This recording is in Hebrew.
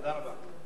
תודה רבה.